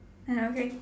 ah okay